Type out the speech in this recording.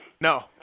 No